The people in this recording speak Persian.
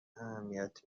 اهمیتی